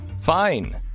Fine